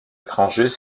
étrangers